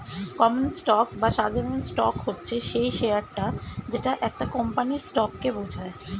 common stock বা সাধারণ stock হচ্ছে সেই শেয়ারটা যেটা একটা কোম্পানির স্টককে বোঝায়